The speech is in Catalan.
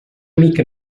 mica